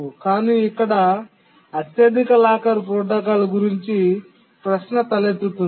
కానీ ఇక్కడ అత్యధిక లాకర్ ప్రోటోకాల్ గురించి ప్రశ్న తలెత్తుతుంది